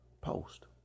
post